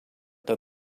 that